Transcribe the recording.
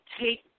take